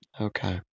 Okay